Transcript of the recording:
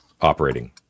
Operating